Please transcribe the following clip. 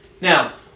Now